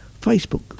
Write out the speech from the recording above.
Facebook